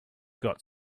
got